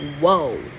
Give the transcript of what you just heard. whoa